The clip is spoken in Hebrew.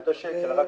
לשוק המקומי, לרשתות.